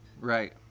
Right